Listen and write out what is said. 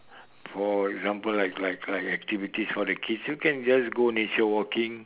for example like like like activities for the kids you can just go nature walking